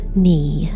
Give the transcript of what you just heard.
knee